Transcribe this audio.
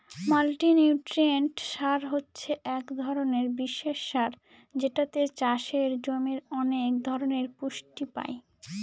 multinutrient সার হছে এক ধরনের বিশেষ সার যেটাতে চাষের জমির অনেক ধরনের পুষ্টি পাই